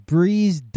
Breeze